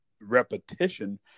repetition